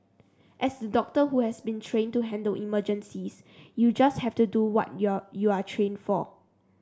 as doctor who has been trained to handle emergencies you just have to do what you are you are trained for